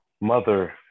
mother